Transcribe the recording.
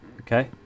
Okay